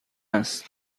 است